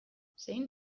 zein